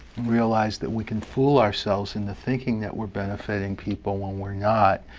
realize that we can fool ourselves into thinking that we're benefiting people when we're not.